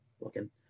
looking